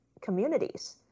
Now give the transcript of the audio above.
communities